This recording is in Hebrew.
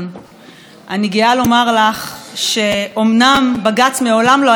אני גאה לומר לך שאומנם בג"ץ מעולם לא היה סניף של מרצ,